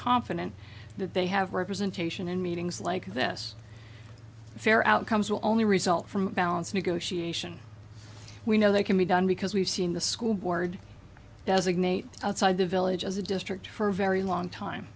confident that they have representation in meetings like this fair outcomes will only result from a balance negotiation we know they can be done because we've seen the school board designate outside the village as a district for very long time